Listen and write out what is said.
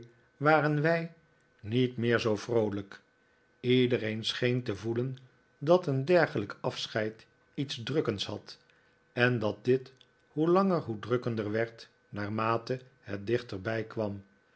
waren wij niet meer zoo vroolijk iedereen scheen te voelen dat een dergelijk afscheid iets drukkends had en dat dit hoe langer hoe drukkender werd naarmate het dichterbij kwam